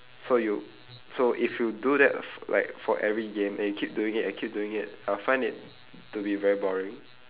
so you so if you do that f~ like for every game and you keep doing it and keep doing it I'll find it to be very boring